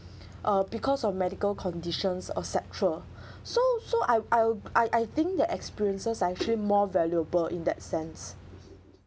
uh because of medical conditions etcetera so so I I'll I I think that experiences are actually more valuable in that sense